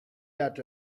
that